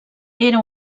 era